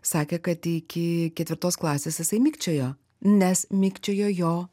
sakė kad iki ketvirtos klasės jisai mikčiojo nes mikčiojo jo